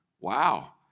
Wow